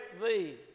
thee